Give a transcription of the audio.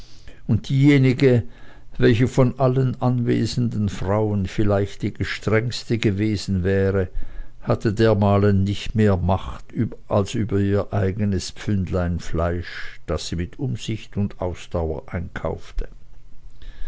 und diejenige welche von allen anwesenden frauen vielleicht die gestrengste gewesen wäre hatte dermalen nicht mehr macht als über ihr eigenes pfündlein fleisch das sie mit umsicht und ausdauer einkaufte